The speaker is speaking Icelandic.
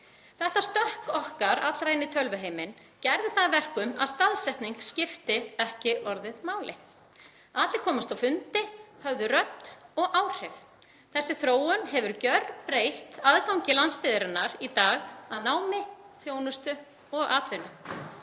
Þetta stökk okkar allra inn í tölvuheiminn gerði það að verkum að staðsetning skiptir ekki orðið máli. Allir komust á fundi, höfðu rödd og áhrif. Þessi þróun hefur gjörbreytt aðgangi landsbyggðarinnar að námi, þjónustu og atvinnu.